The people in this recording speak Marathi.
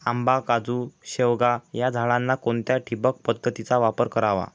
आंबा, काजू, शेवगा या झाडांना कोणत्या ठिबक पद्धतीचा वापर करावा?